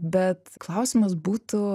bet klausimas būtų